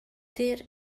ter